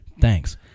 Thanks